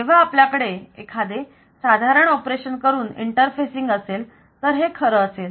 जेव्हा आपल्याकडे एखादे साधारण ऑपरेशन करून इंटर्फॅसिंग असेल तर हे खरं असेल